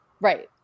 Right